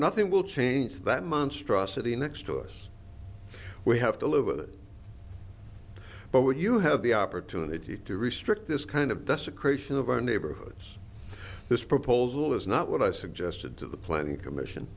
nothing will change that monstrosity next to us we have to live with it but when you have the opportunity to restrict this kind of desecration of our neighborhoods this proposal is not what i suggested to the planning commission